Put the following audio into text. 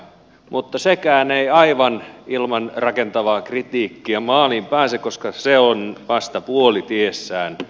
mutta sekään ei aivan ilman rakentavaa kritiikkiä maaliin pääse koska se on vasta puolitiessään